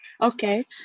Okay